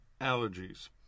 allergies